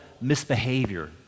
misbehavior